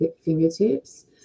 fingertips